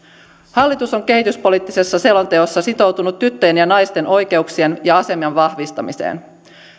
hallitus on kehityspoliittisessa selonteossa sitoutunut tyttöjen ja naisten oikeuksien ja aseman vahvistamiseen